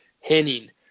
Henning